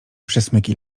przesmyki